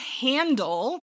handle